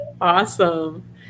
Awesome